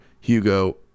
Hugo